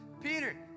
Peter